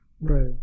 Right